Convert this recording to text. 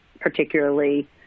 particularly